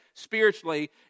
Spiritually